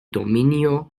dominio